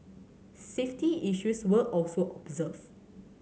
safety issues were also observed